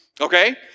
Okay